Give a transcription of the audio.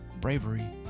bravery